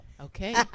Okay